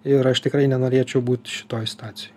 ir aš tikrai nenorėčiau būt šitoj situacijoj